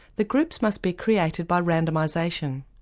the groups must be created by randomisation.